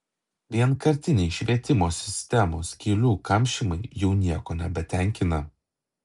vienkartiniai švietimo sistemos skylių kamšymai jau nieko nebetenkina